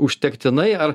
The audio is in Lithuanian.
užtektinai ar